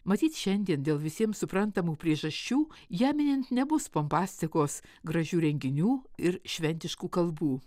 matyt šiandien dėl visiems suprantamų priežasčių ją minint nebus pompastikos gražių renginių ir šventiškų kalbų